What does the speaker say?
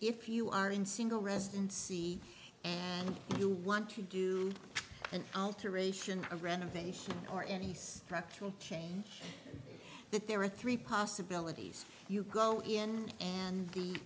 if you are in single residency and you want to do an alteration or renovation or any structural change that there are three possibilities you go in and